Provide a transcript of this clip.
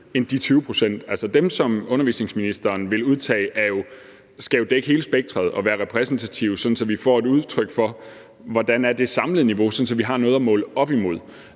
end de 20 pct. Dem, som undervisningsministeren vil udtage, skal jo dække hele spektret og være repræsentative, sådan at vi får et udtryk for, hvordan det samlede niveau er, sådan at vi har noget at måle op imod.